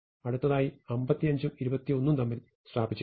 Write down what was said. അടുത്തതായി 55 ഉം 21 ഉം തമ്മിൽ സ്വാപ്പ് ചെയ്യും